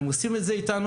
הם עושים את זה איתנו,